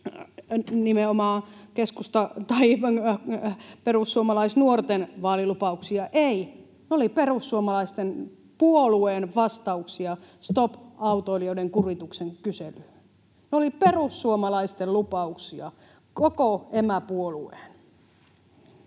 tai perussuomalaisnuorten vaalilupauksia: ei, ne olivat perussuomalaisten puolueen vastauksia Stop autoilijoiden kuritukselle ‑kyselyyn. Ne olivat perussuomalaisten lupauksia, koko emäpuolueen.